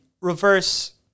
reverse